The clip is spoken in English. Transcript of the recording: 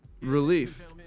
relief